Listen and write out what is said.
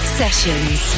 sessions